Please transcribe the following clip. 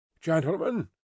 gentlemen